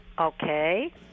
Okay